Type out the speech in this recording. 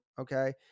Okay